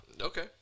Okay